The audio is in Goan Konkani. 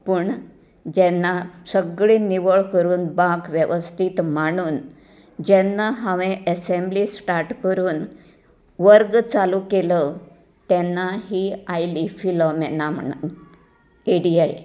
पूण जेन्ना सगळीं निवळ करून बांक वेवस्थीत मांडून जेन्ना हांवेन एसेंम्बली स्टार्ट करून वर्ग चालू केलो तेन्ना ही आयली फिलोमेना म्हणून एडीआय